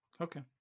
Okay